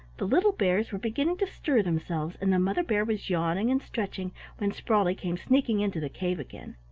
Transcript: the little bears were beginning to stir themselves and the mother bear was yawning and stretching when sprawley came sneaking into the cave again.